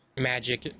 magic